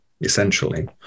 essentially